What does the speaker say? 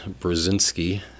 Brzezinski